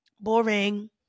Boring